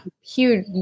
huge